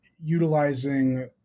utilizing